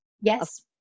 Yes